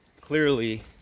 clearly